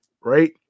right